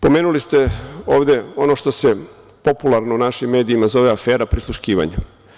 Pomenuli ste ovde ono što se popularno u našim medijima zove afera prisluškivanja.